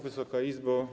Wysoka Izbo!